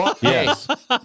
yes